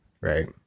right